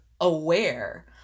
aware